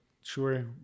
sure